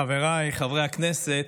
חבריי חברי הכנסת,